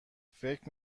فکر